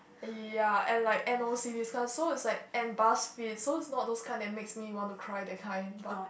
ya and like N_O_C this kind so it's like and Buzzfeed so it's not those kind that makes me want to cry that kind but